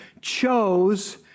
chose